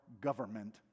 government